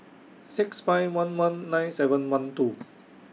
six five one one nine seven one two